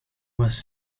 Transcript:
was